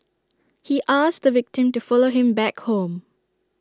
he asked the victim to follow him back home